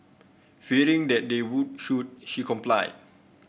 fearing that they would shoot she complied